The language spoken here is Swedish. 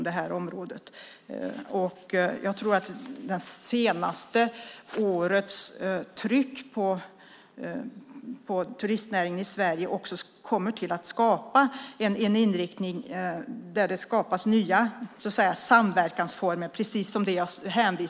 Det senaste årets tryck på turistnäringen i Sverige kommer att skapa en inriktning där det utvecklas nya samverkansformer, precis som jag nämnde.